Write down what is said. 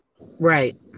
Right